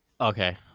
Okay